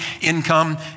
income